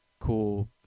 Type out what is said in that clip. cool